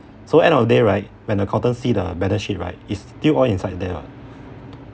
so end of the day right when accountant see the balance sheet right is still all inside there [what]